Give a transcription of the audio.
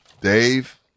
Dave